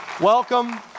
Welcome